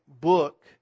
book